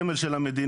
סמל של המדינה,